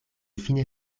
fine